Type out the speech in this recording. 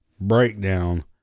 breakdown